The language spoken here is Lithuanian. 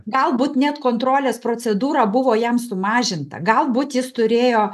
galbūt net kontrolės procedūra buvo jam sumažinta galbūt jis turėjo